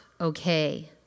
okay